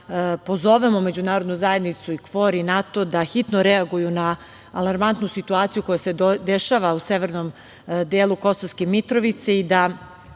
pozovemo međunarodnu zajednicu i KFOR i NATO da hitno reaguju na alarmantnu situaciju koja se dešava u severnom delu Kosovske Mitrovice